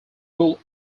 full